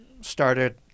started